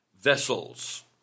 vessels